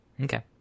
Okay